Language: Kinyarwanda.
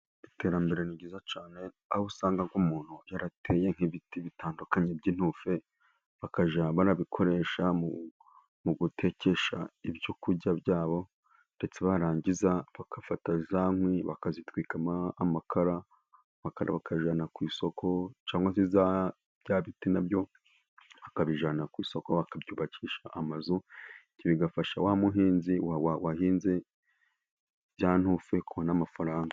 Iterambere ni ryiza cyane aho usanga nk'umuntu yarateye nk'ibiti bitandukanye, by'intusi bakajya babikoresha mu gutekesha ibyo kurya byabo, ndetse barangiza bagafata za nkwi bakazitwikamo amakara, amakara bakayajyana ku isoko, cyangwa bya biti nabyo bakabijyana ku isoko bakabyubakisha amazu, ibyo bigafasha wa muhinzi wahinze za ntusi kubona amafaranga.